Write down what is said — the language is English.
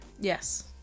Yes